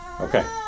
okay